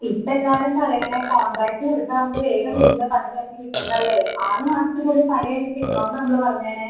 ഇപ്പം എല്ലാവരും പറയുന്നത് കോണ്ട്രാക്റ്റ് കൊടുത്താൽ നമുക്ക് വേഗം വീടിൻ്റെ പണി കഴിഞ്ഞ് കിട്ടും എന്നല്ലേ ആറ് മാസത്തിനുള്ളിൽ പണി കഴിഞ്ഞ് കിട്ടണം എന്ന് നമ്മൾ പറഞ്ഞേനേ